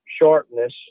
sharpness